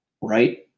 right